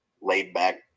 laid-back